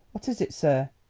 what is it, sir?